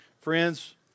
Friends